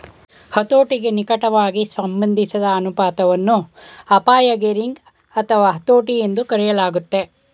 ಹತೋಟಿಗೆ ನಿಕಟವಾಗಿ ಸಂಬಂಧಿಸಿದ ಅನುಪಾತವನ್ನ ಅಪಾಯ ಗೇರಿಂಗ್ ಅಥವಾ ಹತೋಟಿ ಎಂದೂ ಕರೆಯಲಾಗುತ್ತೆ